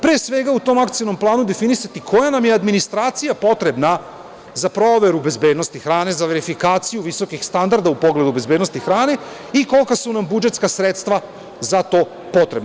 Pre svega, u tom akcionom planu definisati koja nam je administracija potrebna za proveru bezbednosti hrane, za verifikaciju visokih standarda u pogledu bezbednosti hrane i kolika su nam budžetska sredstva za to potrebna.